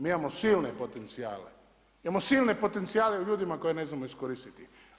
Mi imamo silne potencijale, imamo silne potencijale u ljudima koje ne znamo iskoristiti.